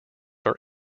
are